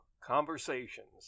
Conversations